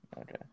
okay